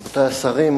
רבותי השרים,